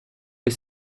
ist